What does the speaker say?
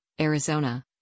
Arizona